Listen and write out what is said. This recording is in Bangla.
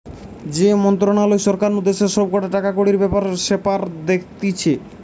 যে মন্ত্রণালয় সরকার নু দেশের সব কটা টাকাকড়ির ব্যাপার স্যাপার দেখতিছে